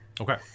okay